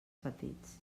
petits